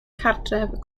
cartref